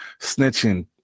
snitching